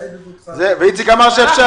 איציק אמר שאפשר.